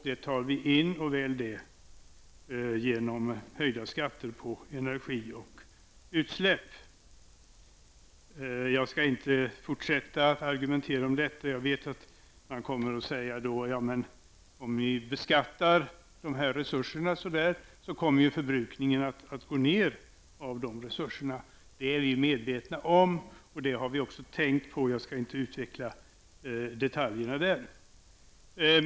Det tar vi in, och väl det, genom höjda skatter på energi och utsläpp. Jag skall inte fortsätta att argumentera om detta. Jag vet att man kommer att säga att om vi beskattar dessa resurser på detta sätt kommer förbrukningen av dessa resurser att minska. Det är vi medvetna om. Jag skall emellertid inte utveckla detaljerna i detta sammanhang.